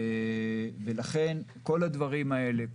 ולכן כל הדברים האלה,